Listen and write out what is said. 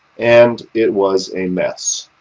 and it was a mess.